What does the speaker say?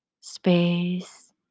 space